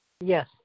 Yes